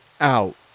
out